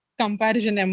comparison